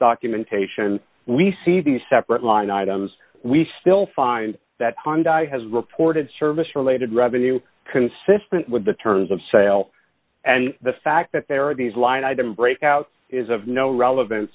documentation we see the separate line items we still find that fund has reported service related revenue consistent with the terms of sale and the fact that there are these line item break out is of no relevan